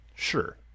sure